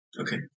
Okay